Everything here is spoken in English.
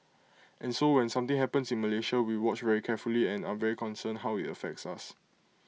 and so when something happens in Malaysia we watch very carefully and are very concerned how IT affects us